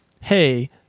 hey